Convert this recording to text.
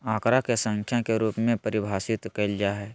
आंकड़ा के संख्या के रूप में परिभाषित कइल जा हइ